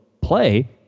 play